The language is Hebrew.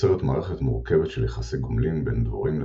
יוצרת מערכת מורכבת של יחסי גומלין בין דבורים לצמחים.